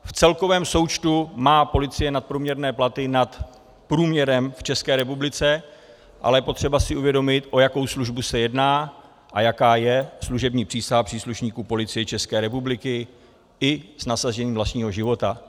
V celkovém součtu má policie nadprůměrné platy nad průměrem v České republice, ale je potřeba si uvědomit, o jakou službu se jedná a jaká je služební přísaha příslušníků Policie České republiky i s nasazením vlastního života.